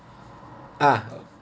ah